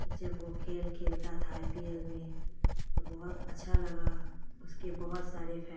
جب وہ کھیل کھیلتا تھا آئی پی ایل میں تو بہت اچھا لگا اس کے بہت سارے فین